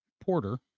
Porter